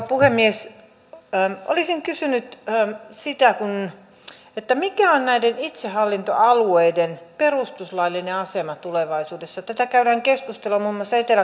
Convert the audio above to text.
siihen mitä edellä edustaja blomqvist totesi tähän y junaan liittyen on näiden itsehallintoalueiden perustuslaillinen asema tulevaisuudessa tätä käymään keskustelumme helppo yhtyä